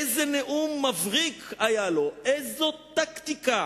איזה נאום מבריק היה לו, איזו טקטיקה,